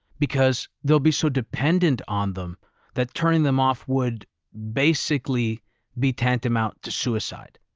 because they'll be so dependent on them that turning them off would basically be tantamount to suicide.